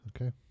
okay